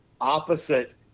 opposite